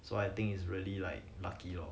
so I think it's really like lucky lor